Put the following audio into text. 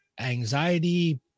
anxiety